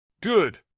Good